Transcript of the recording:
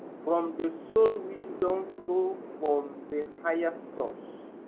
from the soul wisdom flow from the highest source.